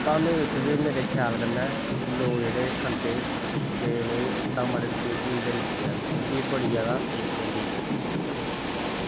धामें बिच्च ते लोग मेरे ख्याल कन्नै खंदे धाम आह्ली रुट्टी भुलदी नेईं हैन क्योंकि एह् बड़ी जैदा टेस्ट होंदी